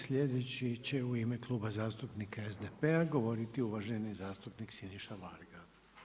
Sljedeći će u ime Kluba zastupnika SDP-a govoriti uvaženi zastupnik Siniša Varga.